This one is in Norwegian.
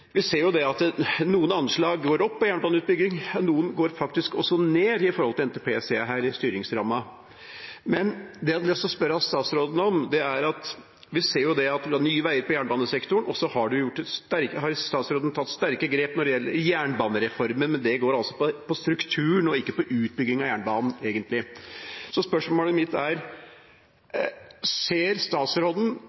noen går faktisk også ned. Det jeg hadde lyst til å spørre statsråden om, er: Vi ser nå at statsråden vil ha Nye veier på jernbanesektoren, og statsråden har tatt sterke grep i jernbanereformen, men det går egentlig på strukturen og ikke på utbygging av jernbanen. Så spørsmålet mitt er: